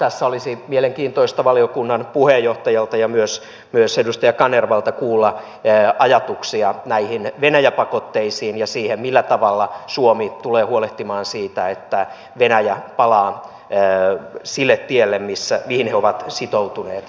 tässä olisi mielenkiintoista valiokunnan puheenjohtajalta ja myös edustaja kanervalta kuulla ajatuksia näistä venäjä pakotteista ja siitä millä tavalla suomi tulee huolehtimaan siitä että venäjä palaa sille tielle mihin he ovat sitoutuneet yhteisissä sopimuksissa